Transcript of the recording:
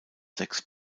sechs